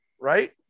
right